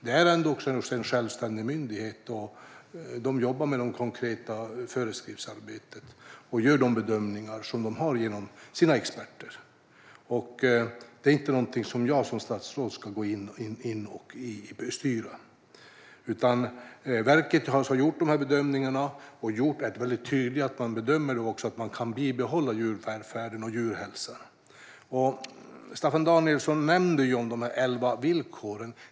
Det är en självständig myndighet som jobbar med det konkreta föreskriftsarbetet och gör bedömningar genom sina experter. Det är inte någonting som jag som statsråd ska gå in och styra. Verket har alltså gjort de här bedömningarna och gjort det väldigt tydligt att man bedömer att man kan bibehålla djurvälfärden och djurhälsan. Staffan Danielsson nämnde de elva villkoren.